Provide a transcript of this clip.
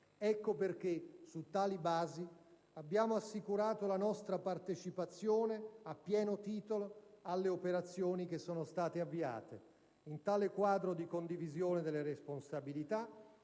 Ecco perché, su tali basi, abbiamo assicurato la nostra partecipazione a pieno titolo alle operazioni che sono state avviate. In tale quadro di condivisione delle responsabilità,